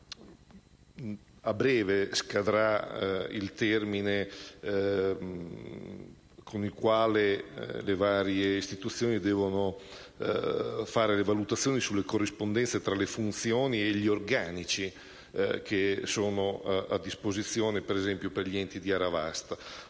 A breve scadrà il termine entro il quale le varie istituzioni devono valutare la corrispondenza tra le funzioni e gli organici a disposizione, ad esempio per gli enti di area vasta.